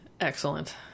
Excellent